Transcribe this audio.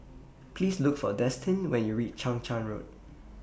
Please Look For Destin when YOU REACH Chang Charn Road